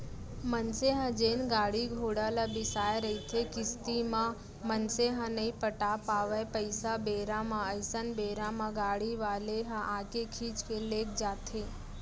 मनसे ह जेन गाड़ी घोड़ा ल बिसाय रहिथे किस्ती म मनसे ह नइ पटा पावय पइसा बेरा म अइसन बेरा म गाड़ी वाले ह आके खींच के लेग जाथे